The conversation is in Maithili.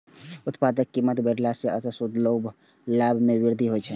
उत्पाद के कीमत बढ़ेला सं अंततः शुद्ध लाभ मे वृद्धि होइ छै